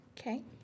Okay